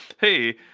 hey